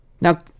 Now